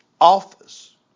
office